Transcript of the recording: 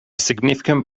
significant